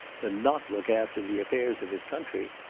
than not look after the affairs of his country.